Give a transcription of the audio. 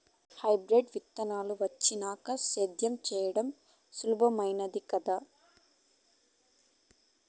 hybrid విత్తనాలు వచ్చినాక సేద్యం చెయ్యడం సులభామైనాది కదా